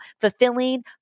fulfilling